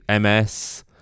ms